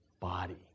body